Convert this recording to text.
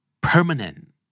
Permanent